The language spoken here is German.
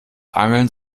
angeln